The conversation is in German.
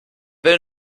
will